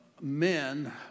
men